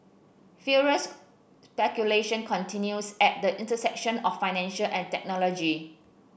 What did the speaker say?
furious speculation continues at the intersection of finance and technology